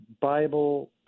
Bible